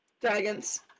Dragons